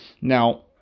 now